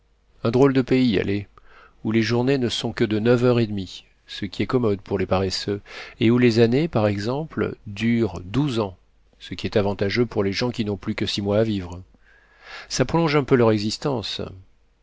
un drôle de pays allez où les journées ne sont que de neuf heures et demie ce qui est commode pour les paresseux et où les années par exemple durent douze ans ce qui est avantageux pour les gens qui n'ont plus que six mois à vivre ça prolonge un peu leur existence